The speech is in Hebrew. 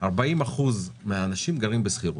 40 אחוז מהאנשים גרים בשכירות,